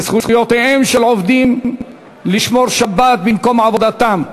למען זכותם של עובדים לשמור שבת במקום עבודתם,